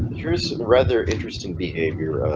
here's some rather interesting behavior.